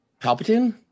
Palpatine